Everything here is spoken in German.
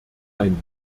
ein